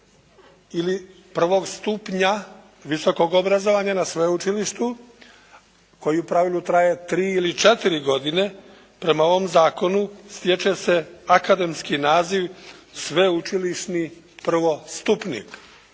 ili prvog stupnja visokog obrazovanja na sveučilištu koji u pravilu traje 3 ili 4 godine prema ovom Zakonu stječe se akademski naziv: "sveučilišni prvostupnik".